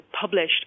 published